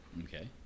okay